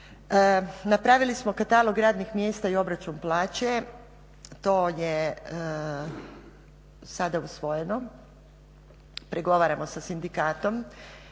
Napravili smo katalog radnih mjesta i obračun plaće, to je sada usvojeno, pregovaramo sa sindikatom.